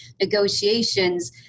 negotiations